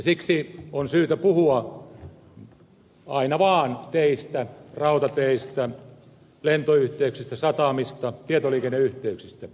siksi on syytä puhua aina vaan teistä rautateistä lentoyhteyksistä satamista tietoliikenneyhteyksistä